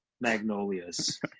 magnolias